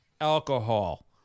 alcohol